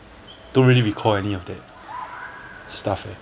don't really recall any of that stuff eh